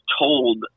told